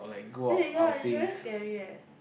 eh ya is very scary eh